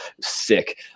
Sick